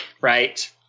right